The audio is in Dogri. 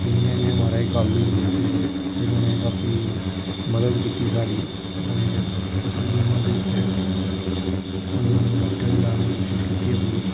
कि इ'यां इ'यां महाराज एह् गल्ल होई गेई ऐ ते फिर उ'नें काफी मदद कीती साढ़ी उ'नें फसल बीमा दे तैह्त सानूं मुआबजा दिलाने दी कोशिश कीती ऐ पूरी